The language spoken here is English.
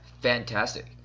Fantastic